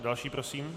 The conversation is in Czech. Další prosím.